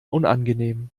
unangenehm